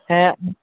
ऐं